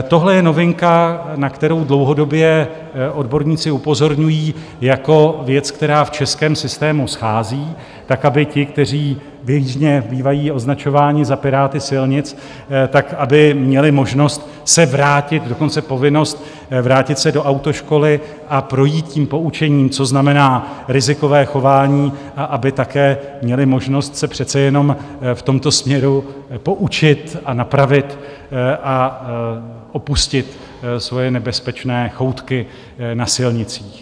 Tohle je novinka, na kterou dlouhodobě odborníci upozorňují jako na věc, která v českém systému schází, aby ti, kteří běžně bývají označováni za piráty silnic, měli možnost se vrátit, dokonce povinnost vrátit se do autoškoly a projít poučením, co znamená rizikové chování, a aby také měli možnost se přece jenom v tomto směru poučit, napravit a opustit svoje nebezpečné choutky na silnicích.